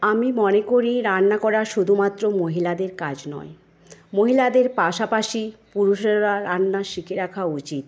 আমি মনে করি রান্না করো শুধু মাত্র মহিলাদের কাজ নয় মহিলাদের পাশাপাশি পুরুষেরা রান্না শিখে রাখা উচিত